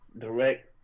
direct